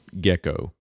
Gecko